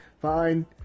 fine